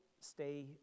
stay